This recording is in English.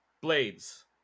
Blades